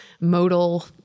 modal